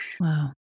Wow